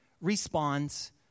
responds